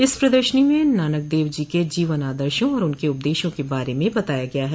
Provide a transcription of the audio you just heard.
इस प्रदर्शनी में नानक देव जी के जीवन आदर्शो और उनके उपदेशों के बारे में बताया गया है